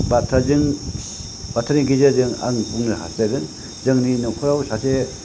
बाथ्राजों बाथ्रानि गेजेरजों आं बुंनो हास्थायदों जोंनि न'खराव सासे